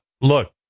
look